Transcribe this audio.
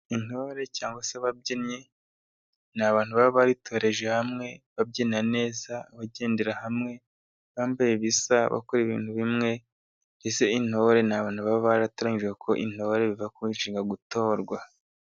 Intore cyangwa se ababyinnyi, ni abantu baba baritoreje hamwe babyinyina neza, bagendera hamwe, bambaye ibisa, bakora ibintu bimwe, mbese intore ni abantu baba baratoranyijwe, kuko intore biva ku nshinga gutorwa.